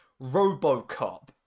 Robocop